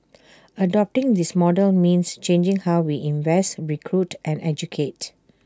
adopting this model means changing how we invest recruit and educate